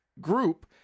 group